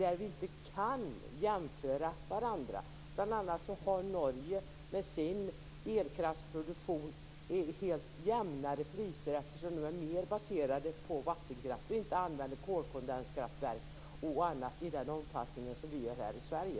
Vi kan inte jämföra med Norge. Bl.a. har Norge jämnare priser eftersom elkraftproduktionen är mer baserad på vattenkraft, och man använder inte kolkondenskraftverk och annat i den omfattning som vi gör här i Sverige.